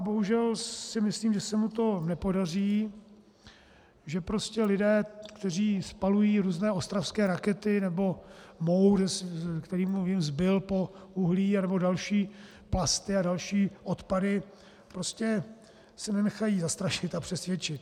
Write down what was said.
Bohužel si myslím, že se mu to nepodaří, že prostě lidé, kteří spalují různé ostravské rakety nebo mour, který mu zbyl po uhlí, nebo další plasty a další odpady, se nenechají zastrašit a přesvědčit.